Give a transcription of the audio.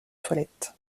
toilette